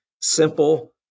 simple